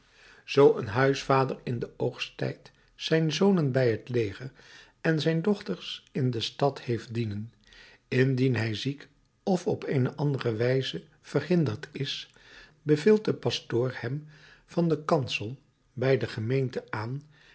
zoo een huisvader in den oogsttijd zijn zonen bij het leger en zijn dochters in de stad heeft dienen indien hij ziek of op eene andere wijze verhinderd is beveelt de pastoor hem van den kansel bij de gemeente aan